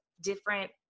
different